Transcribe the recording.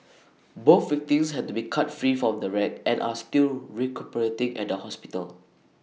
both victims had to be cut free from the wreck and are still recuperating at A hospital